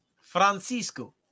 Francisco